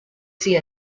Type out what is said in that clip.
see